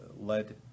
led